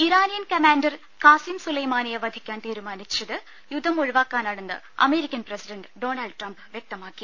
Iranian commander Qasem സുലൈമാനിയെ വധിക്കാൻ തീരു മാനിച്ചത് യുദ്ധം ഒഴിവാക്കാന്നാണെന്ന് അമേരിക്കൻ പ്രസിഡന്റ് ഡൊണാൾഡ് ട്രംപ്പ് വ്യക്തമാക്കി